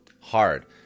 hard